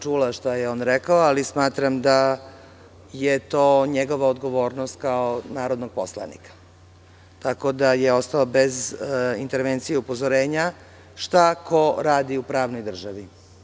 Čula sam šta je on rekao, ali smatram da je to njegova odgovornost kao narodnog poslanika, tako da je ostalo bez intervencije upozorenja šta ko radi u pravnoj državi.